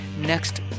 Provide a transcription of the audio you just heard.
next